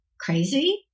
crazy